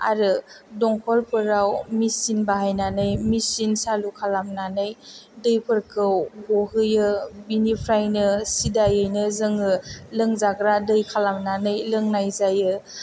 आरो दमखलफोराव मिसिन बाहायनानै मिसिन सालु खालामनानै दैफोरखौ गहोयो बेनिफ्रायनो सिदायैनो जोङो लोंजाग्रा दै खालामनानै लोंनाय जायो